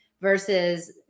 versus